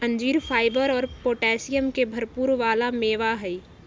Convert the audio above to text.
अंजीर फाइबर और पोटैशियम के भरपुर वाला मेवा हई